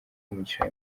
umugisha